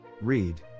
Read